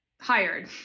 hired